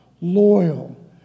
loyal